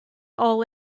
all